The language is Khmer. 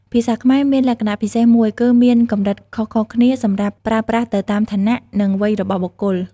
ភាសាខ្មែរមានលក្ខណៈពិសេសមួយគឺមាន កម្រិតខុសៗគ្នា សម្រាប់ប្រើប្រាស់ទៅតាមឋានៈ និងវ័យរបស់បុគ្គល។